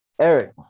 Eric